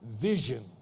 vision